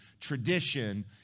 tradition